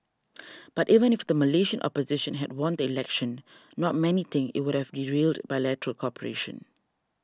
but even if the Malaysian opposition had won the election not many think it would have derailed bilateral cooperation